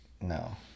No